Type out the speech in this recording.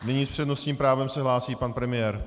Nyní s přednostním právem se hlásí pan premiér.